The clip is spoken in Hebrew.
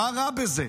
מה רע בזה?